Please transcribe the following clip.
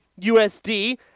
USD